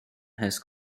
has